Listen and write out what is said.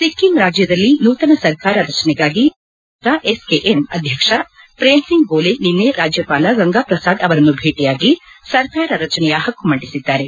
ಸಿಕ್ಕಿಂ ರಾಜ್ಯದಲ್ಲಿ ನೂತನ ಸರ್ಕಾರ ರಚನೆಗಾಗಿ ಸಿಕ್ಕಿಂ ಕ್ರಾಂತಿಕಾರಿ ಮೋರ್ಚಾ ಎಸ್ಕೆಎಂ ಅಧ್ಯಕ್ಷ ಪ್ರೇಮ್ ಸಿಂಗ್ ಗೋಲೆ ನಿನ್ನೆ ರಾಜ್ಯಪಾಲ ಗಂಗಾಪ್ರಸಾದ್ ಅವರನ್ನು ಭೇಟಿಯಾಗಿ ಸರ್ಕಾರ ರಚನೆಯ ಹಕ್ತು ಮಂಡಿಸಿದ್ದಾರೆ